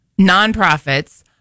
nonprofits